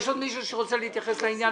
יש עוד מישהו שרוצה להתייחס לעניין?